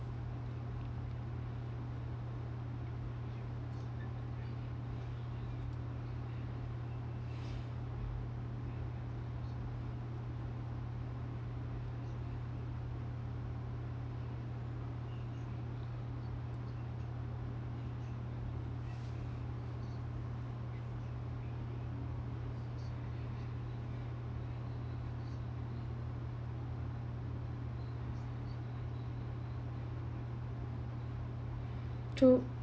to